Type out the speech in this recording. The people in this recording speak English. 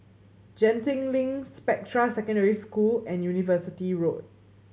Genting Link Spectra Secondary School and University Road